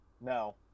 no